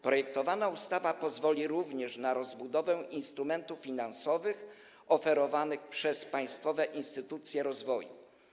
Projektowana ustawa pozwoli również na rozbudowę instrumentów finansowych oferowanych przez państwowe instytucje rozwoju.